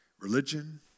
religion